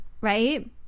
Right